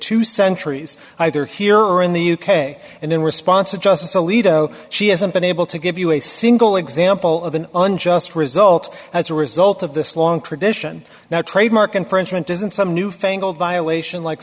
two centuries either here or in the u k and in response to justice alito she hasn't been able to give you a single example of an unjust result as a result of this long tradition now trademark infringement isn't some new fangled violation like